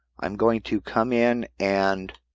i'm going to come in and